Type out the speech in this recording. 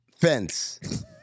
fence